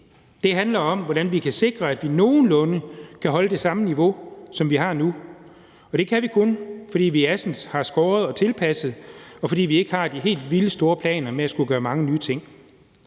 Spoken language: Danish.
det handler om, hvordan vi kan sikre, at vi nogenlunde kan holde det samme niveau, som vi har nu. Det kan vi kun, fordi vi i Assens har skåret ned og tilpasset det, og fordi vi ikke har de helt vildt store planer om at skulle gøre mange nye ting.